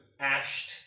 ashed